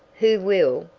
who will,